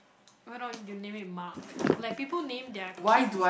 why not you name him mark like people name their kids